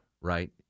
right